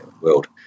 world